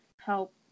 help